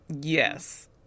Yes